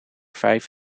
vijf